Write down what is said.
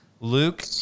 Luke